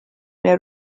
neil